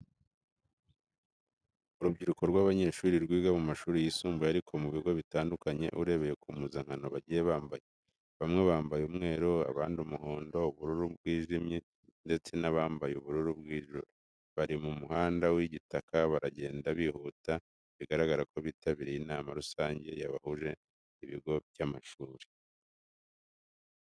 Urubyiruko rw'abanyeshuri rwiga mu mashuri yisumbuye ariko mu bigo bitandukanye urebeye ku mpuzankano bagiye bambaye. Bamwe bambaye umweru, abandi umuhondo, ubururu bwijimye ndetse n'abambaye ubururu bw'ijuru. Bari mu muhanda w'igitaka baragenda bihuta bigaragara ko bitabiriye inama rusange yahuje ibigo by'amashuri.